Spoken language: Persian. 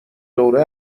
دوره